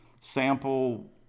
sample